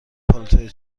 پالتوی